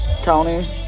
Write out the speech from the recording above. county